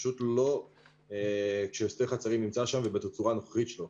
פשוט לא כששדה חצרים נמצא שם ובתצורה הנוכחית שלו.